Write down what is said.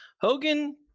hogan